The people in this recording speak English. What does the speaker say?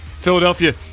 Philadelphia